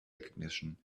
recognition